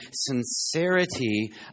sincerity